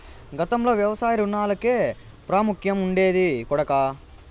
గతంలో వ్యవసాయ రుణాలకే ప్రాముఖ్యం ఉండేది కొడకా